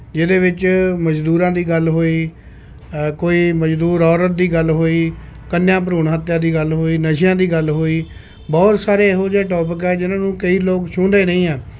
ਜਿਹਦੇ ਵਿੱਚ ਮਜ਼ਦੂਰਾਂ ਦੀ ਗੱਲ ਹੋਈ ਕੋਈ ਮਜ਼ਦੂਰ ਔਰਤ ਦੀ ਗੱਲ ਹੋਈ ਕੰਨਿਆ ਭਰੂਣ ਹੱਤਿਆ ਦੀ ਗੱਲ ਹੋਈ ਨਸ਼ਿਆਂ ਦੀ ਗੱਲ ਹੋਈ ਬਹੁਤ ਸਾਰੇ ਇਹੋ ਜਿਹੇ ਟੌਪਕ ਆ ਜਿਹਨਾਂ ਨੂੰ ਕਈ ਲੋਕ ਛੂੰਹਦੇ ਨਹੀਂ ਆ